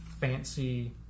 fancy